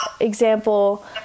example